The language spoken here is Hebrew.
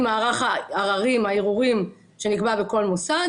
מערך העררים והערעורים שנקבע בכל מוסד,